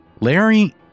Larry